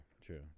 True